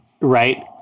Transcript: Right